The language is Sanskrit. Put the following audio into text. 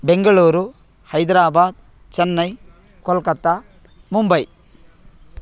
बेङ्गळूरु हैदराबाद् चन्नै कोल्कत्ता मुम्बै